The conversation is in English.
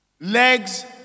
legs